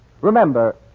Remember